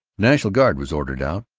national guard was ordered out.